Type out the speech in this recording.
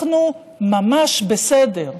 אנחנו ממש בסדר,